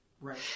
Right